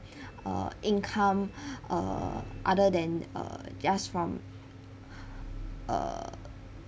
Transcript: uh income err other than uh just from err